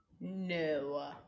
No